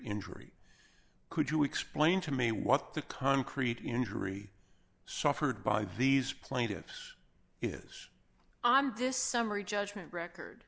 injury could you explain to me what the concrete injury suffered by these plaintiffs is on this summary judgment record